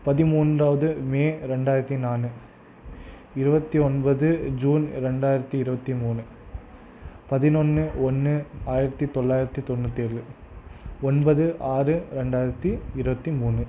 பதிமூன்றாவது மே ரெண்டாயிரத்தி நானு இருபத்தி ஒன்பது ஜூன் ரெண்டாயிரத்தி இருபத்தி மூணு பதினொன்று ஒன்று ஆயிரத்தி தொள்ளாயிரத்தி தொண்ணூற்றேழு ஒன்பது ஆறு ரெண்டாயிரத்தி இருபத்தி மூணு